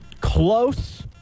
close